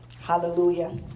Hallelujah